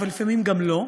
אבל לפעמים גם לא,